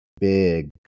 big